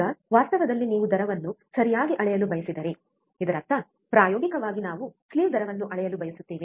ಈಗ ವಾಸ್ತವದಲ್ಲಿ ನೀವು ದರವನ್ನು ಸರಿಯಾಗಿ ಅಳೆಯಲು ಬಯಸಿದರೆ ಇದರರ್ಥ ಪ್ರಾಯೋಗಿಕವಾಗಿ ನಾವು ಸ್ಲಿವ್ ದರವನ್ನು ಅಳೆಯಲು ಬಯಸುತ್ತೇವೆ